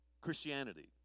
Christianity